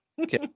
Okay